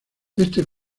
este